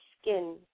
skin